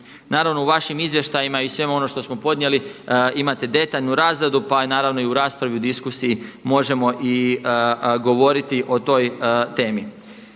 Naravno u vašim izvještajima i svemu onome što smo podnijeli imate detaljnu razradu pa naravno i u raspravi, i u diskusiji možemo i govoriti o toj temi.